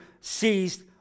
seized